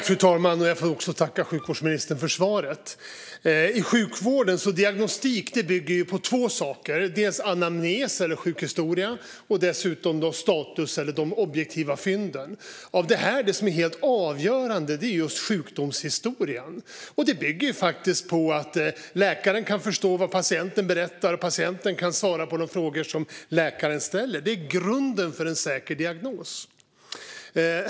Fru talman! Jag får tacka sjukvårdsministern för svaret. Diagnostik i sjukvården bygger på två saker: anamnes, alltså sjukhistoria, och status - de objektiva fynden. Det som är helt avgörande är just sjukdomshistorien, och det bygger på att läkaren kan förstå vad patienten berättar och att patienten kan svara på de frågor som läkaren ställer. Det är grunden för en säker diagnos.